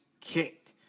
kicked